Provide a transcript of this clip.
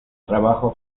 trabajo